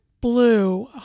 blue